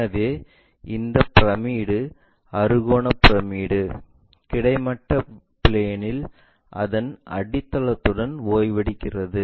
எனவே இந்த பிரமிடு அறுகோண பிரமிடு கிடைமட்ட பிளேன்இல் அதன் அடித்தளத்துடன் ஓய்வெடுக்கிறது